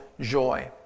joy